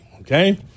okay